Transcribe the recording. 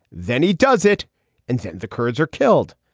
then he does it and sent the kurds are killed.